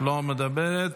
לא מדברת,